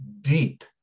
deep